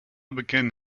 began